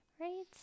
Right